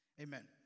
Amen